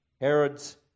Herod's